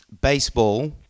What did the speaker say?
baseball